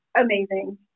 amazing